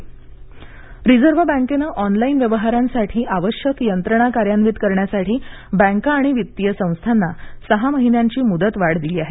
reserve bank reserve बँकेनं online व्यवहारांसाठी आवश्यक यंत्रणा कार्यान्वित करण्यासाठी बँका आणि वित्तीय संस्थांना सहा महान्यांची मुदतवाढ दिली आहे